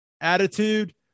attitude